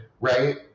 right